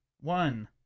one